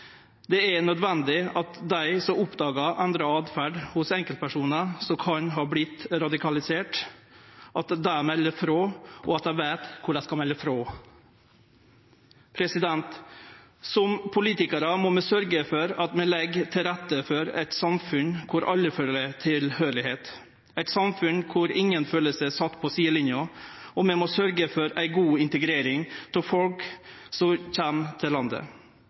Det er nødvendig at dei som oppdagar endra åtferd hos enkeltpersonar som kan ha vorte radikaliserte, melder frå, og at dei veit kor dei skal melde frå. Som politikarar må vi sørgje for at vi legg til rette for eit samfunn kor alle føler at dei høyrer til, eit samfunn kor ingen føler seg sette på sidelinja, og vi må sørgje for ei god integrering av folk som kjem til landet.